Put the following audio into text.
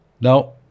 Now